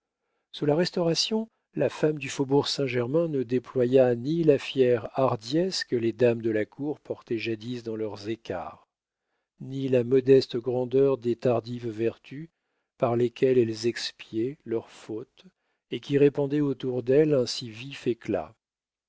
sous la restauration la femme du faubourg saint-germain ne déploya ni la fière hardiesse que les dames de la cour portaient jadis dans leurs écarts ni la modeste grandeur des tardives vertus par lesquelles elles expiaient leurs fautes et qui répandaient autour d'elles un si vif éclat